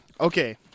Okay